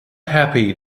happy